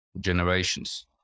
generations